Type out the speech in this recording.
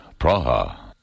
Praha